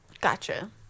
Gotcha